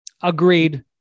Agreed